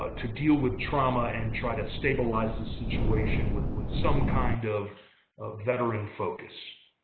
ah to deal with trauma and try to stabilize the situation with with some kind of of veteran focus.